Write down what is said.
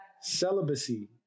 celibacy